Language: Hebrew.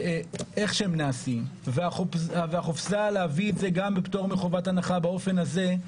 איך שהם נעשים והחופזה להביא את זה גם בפטור מחובת הנחה באופן הזה,